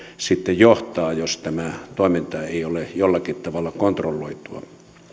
sitten johtaa jos tämä toiminta ei ole jollakin tavalla kontrolloitua